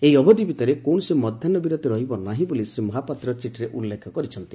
ଏହି ଅବଧି ଭିତରେ କୌଣସି ମଧାହ ବିରତି ହେବନାହିଁ ବୋଲି ଶ୍ରୀ ମହାପାତ୍ର ଚିଠିରେ ଉଲ୍କେଖ କରିଛନ୍ତି